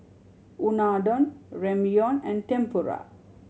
Unadon Ramyeon and Tempura